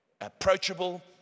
approachable